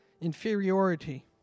inferiority